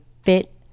fit